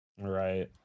Right